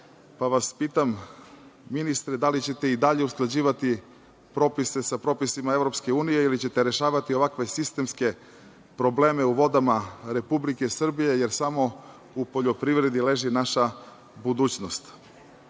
Pitam vas, ministre, da li ćete i dalje usklađivati propise sa propisima EU ili ćete rešavati ovakve sistemske probleme u vodama Republike Srbije, jer samo u poljoprivredi leži naša budućnost?